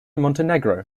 montenegro